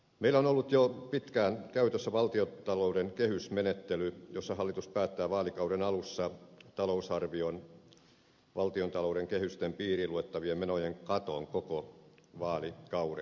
meillä on ollut jo pitkään käytössä valtiontalouden kehysmenettely jossa hallitus päättää vaalikauden alussa valtiontalouden kehysten piiriin luettavien menojen katon koko vaalikaudeksi